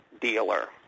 dealer